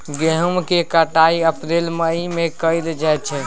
गहुम केर कटाई अप्रील मई में कएल जाइ छै